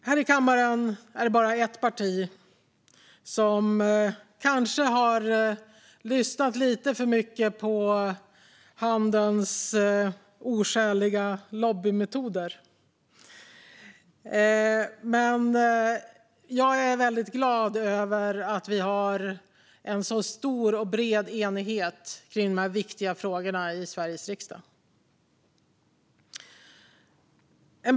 Här i kammaren är det bara ett parti som kanske har lyssnat lite för mycket på handelns oskäliga lobbymetoder, men jag är glad över att vi har en så stor och bred enighet i de viktiga frågorna i Sveriges riksdag.